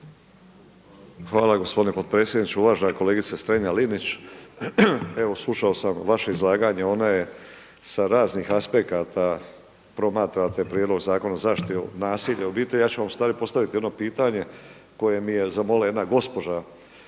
Hvala gospodine potpredsjedniče. Uvažena kolegice Strenja-Linić. Evo slušao sam vaše izlaganje, ono je sa raznih aspekata promatrate Prijedlog zakona o zaštiti nasilja u obitelji, ja ću vam ustvari postaviti jedno pitanje koje me je zamolila jedna gospođa